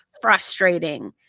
frustrating